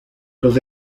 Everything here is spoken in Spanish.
los